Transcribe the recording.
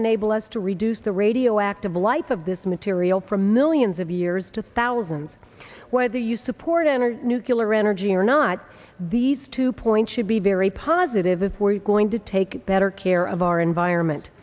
enable us to reduce the radioactive life of this material for millions of years to thousands whether you support enter nucular energy or not these two points should be very positive if we're going to take better care of our environment